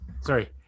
Sorry